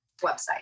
website